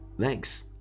Thanks